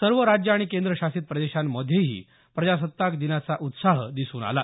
सर्व राज्य आणि केंद्रशासित प्रदेशांमध्येही प्रजासत्ताक दिनाचा उत्साह दिसून आला